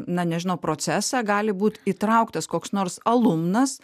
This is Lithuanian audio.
na nežinau procesą gali būt įtrauktas koks nors alumnas